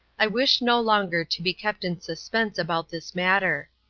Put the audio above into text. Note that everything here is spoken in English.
i wish no longer to be kept in suspense about this matter.